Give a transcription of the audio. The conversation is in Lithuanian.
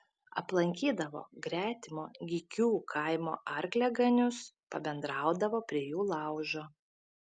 aplankydavo gretimo gykių kaimo arkliaganius pabendraudavo prie jų laužo